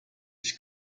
ich